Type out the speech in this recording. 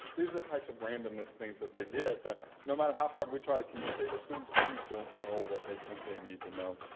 these are the types of randomness things that they get that no matter how hard we try to communicate with students, we don't know what they think they need to know.